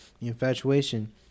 infatuation